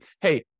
hey